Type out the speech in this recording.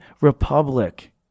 Republic